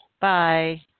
Bye